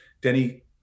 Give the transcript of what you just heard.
Denny